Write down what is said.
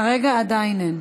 כרגע עדיין אין.